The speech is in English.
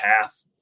path